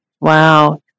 Wow